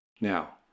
Now